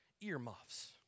earmuffs